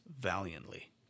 valiantly